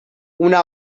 una